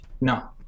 no